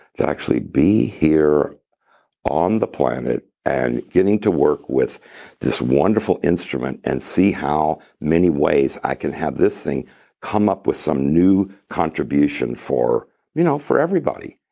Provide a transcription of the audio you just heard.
to actually be here on the planet and getting to work with this wonderful instrument, and see how many ways i can have this thing come up with some new contribution for you know for everybody.